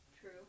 True